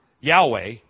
Yahweh